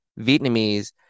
Vietnamese